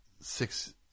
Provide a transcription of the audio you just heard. six